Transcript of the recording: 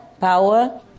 power